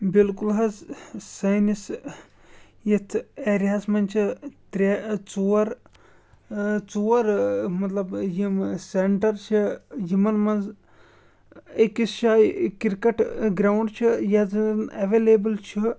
بِلکُل حظ سٲنِس یَتھ ایریاہَس منٛز چھِ ترٛےٚ ژور ژور مطلب یِم سٮ۪نٹَر چھِ یِمَن منٛز أکِس جاے کِرکَٹ گرٛاوُنٛڈ چھُ یَتھ زَن اٮ۪وٮ۪لیبٕل چھُ